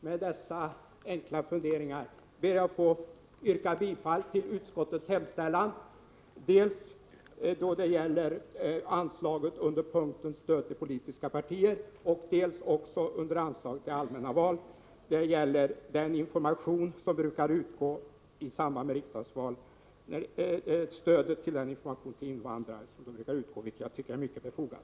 Med dessa enkla funderingar ber jag att få yrka bifall till utskottets hemställan dels då det gäller anslaget under punkten Stöd till politiska partier, dels i fråga om anslaget till allmänna val för den information som brukar utgå till invandrare i samband med riksdagsval, ett stöd som jag tycker är mycket befogat.